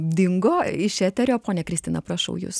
dingo iš eterio ponia kristina prašau jus